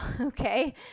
Okay